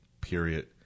period